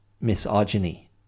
misogyny